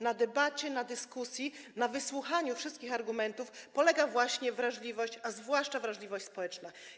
Na debacie, na dyskusji, na wysłuchaniu wszystkich argumentów polega właśnie wrażliwość, a zwłaszcza wrażliwość społeczna.